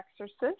Exorcist